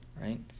right